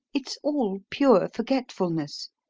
it's all pure forgetfulness.